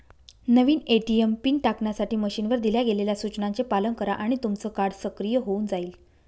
नवीन ATM PIN टाकण्यासाठी मशीनवर दिल्या गेलेल्या सूचनांचे पालन करा आणि तुमचं कार्ड सक्रिय होऊन जाईल